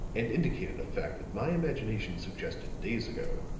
and indicated a fact that my imagination suggested days ago.